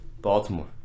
Baltimore